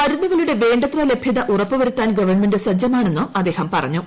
മരുന്നുകളുടെ വേണ്ടത്ര ലഭ്യത ഉറപ്പുവരുത്താൻ ഗവൺമെന്റ് സജ്ജമാണെന്നും അദ്ദേഹം പറഞ്ഞു